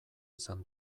izan